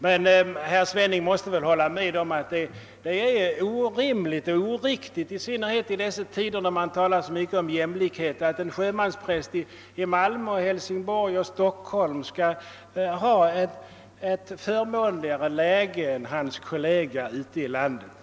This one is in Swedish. Herr Svenning måste väl emellertid hålla med om att det i synnerhet i dessa tider när det talas så mycket om jämlikhet är orimligt och oriktigt att en sjömanspräst i Malmö, Hälsingborg eller Stockholm skall befinna sig i ett förmånligare läge än sina kolleger i utlandet.